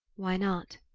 why not?